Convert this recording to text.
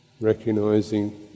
recognizing